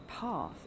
path